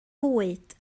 fwyd